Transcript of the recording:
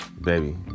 Baby